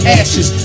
ashes